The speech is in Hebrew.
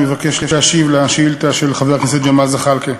אני מבקש להשיב על הצעה של חבר הכנסת ג'מאל זחאלקה.